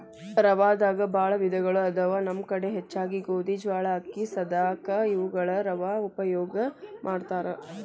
ರವಾದಾಗ ಬಾಳ ವಿಧಗಳು ಅದಾವ ನಮ್ಮ ಕಡೆ ಹೆಚ್ಚಾಗಿ ಗೋಧಿ, ಜ್ವಾಳಾ, ಅಕ್ಕಿ, ಸದಕಾ ಇವುಗಳ ರವಾ ಉಪಯೋಗ ಮಾಡತಾರ